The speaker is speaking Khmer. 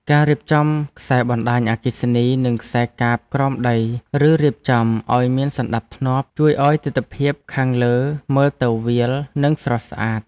ការរៀបចំខ្សែបណ្តាញអគ្គិសនីនិងខ្សែកាបក្រោមដីឬរៀបចំឱ្យមានសណ្តាប់ធ្នាប់ជួយឱ្យទិដ្ឋភាពខាងលើមើលទៅវាល និងស្រស់ស្អាត។